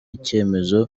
icyemezo